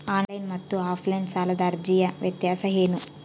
Online ಮತ್ತು offline ಸಾಲದ ಅರ್ಜಿಯ ವ್ಯತ್ಯಾಸ ಏನು?